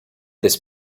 this